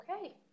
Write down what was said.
Okay